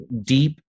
deep